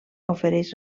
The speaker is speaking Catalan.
ofereix